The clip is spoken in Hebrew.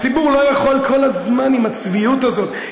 הציבור לא יכול כל הזמן עם הצביעות הזאת,